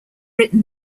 written